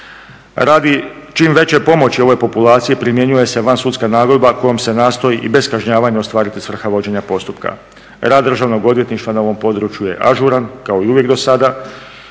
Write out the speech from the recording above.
Radi čim veće pomoći ovoj populaciji primjenjuje se van sudska nagodba kojom se nastoji i bez kažnjavanja ostvariti svrha vođenja postupka. Rad državnog odvjetništva na ovom području je ažuran kao i uvijek do sada,